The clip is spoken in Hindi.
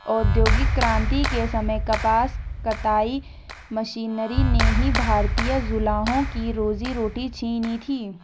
औद्योगिक क्रांति के समय कपास कताई मशीनरी ने ही भारतीय जुलाहों की रोजी रोटी छिनी थी